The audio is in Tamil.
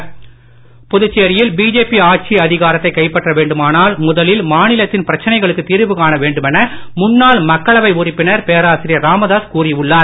ராமதாஸ் புதுச்சேரியில் பிஜேபி ஆட்சி அதிகாரத்தை கைப்பற்ற வேண்டுமானால் முதலில் மாநிலத்தின் பிரச்சனைகளுக்கு தீர்வு காண வேண்டுமென முன்னாள் மக்களவை உறுப்பினர் பேராசிரியர் ராமதாஸ் கூறி உள்ளார்